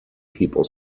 people